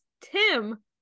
Tim